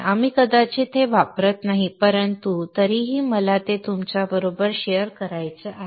आम्ही कदाचित हे वापरत नाही परंतु तरीही मला ते तुमच्याबरोबर शेअर करायचे आहे